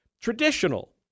Traditional